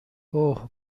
اوه